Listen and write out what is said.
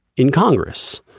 in congress.